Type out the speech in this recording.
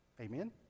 amen